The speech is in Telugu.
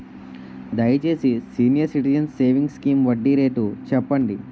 దయచేసి సీనియర్ సిటిజన్స్ సేవింగ్స్ స్కీమ్ వడ్డీ రేటు చెప్పండి